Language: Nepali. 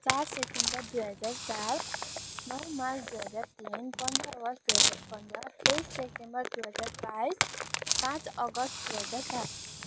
चार सेप्टेम्बर दुई हजार चार नौ मार्च दुई हजार तिन पन्ध्र अगस्त दुई हजार पन्ध्र तेइस सेप्टेम्बर दुई हजार बाइस पाँच अगस्त दुई हजार सात